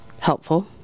helpful